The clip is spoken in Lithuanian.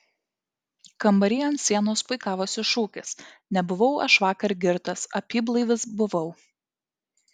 kambary ant sienos puikavosi šūkis nebuvau aš vakar girtas apyblaivis buvau